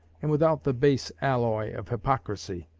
and without the base alloy of hypocrisy.